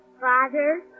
father